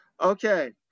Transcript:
Okay